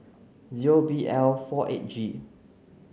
zero B L four eight G